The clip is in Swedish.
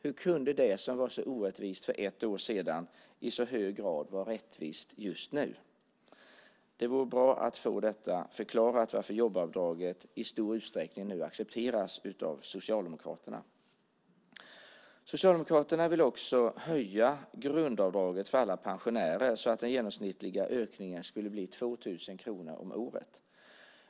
Hur kan det som var så orättvist för ett år sedan i så hög grad vara rättvist just nu? Det vore bra att få detta förklarat, varför jobbavdraget i stor utsträckning nu accepteras av Socialdemokraterna. Socialdemokraterna vill också höja grundavdraget för alla pensionärer så att den genomsnittliga ökningen skulle bli 2 000 kronor om året.